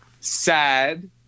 Sad